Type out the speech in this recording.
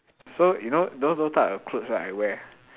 so you know those those type of clothes right I wear